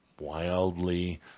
wildly